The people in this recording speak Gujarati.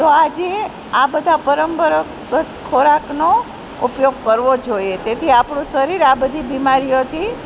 તો આ જે આ બધા પરંપરાગત ખોરાકનો ઉપયોગ કરવો જોઈએ તેથી આપણું શરીર આ બધી બીમારીઓથી